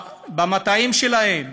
במטעים שלהם,